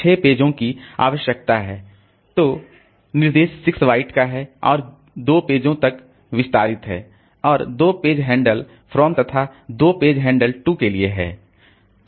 तो निर्देश 6 बाइट्स का है और जो 2 पेजो तक विस्तारित है और 2 पेज हैंडल फ्रॉम तथा 2 पेज हैंडल टू के लिए है